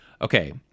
Okay